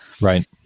Right